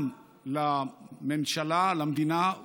גם לממשלה ולמדינה,